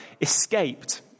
escaped